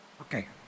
Okay